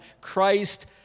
Christ